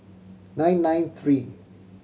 nine nine three